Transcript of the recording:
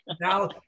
Now